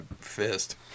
fist